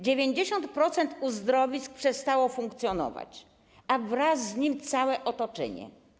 90% uzdrowisk przestało funkcjonować, a wraz z nimi całe otoczenie.